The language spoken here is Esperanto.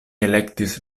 elektis